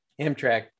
Amtrak